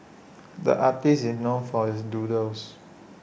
the artist is known for his doodles